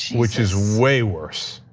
which is way worse,